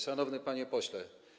Szanowny Panie Pośle!